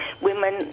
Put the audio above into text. women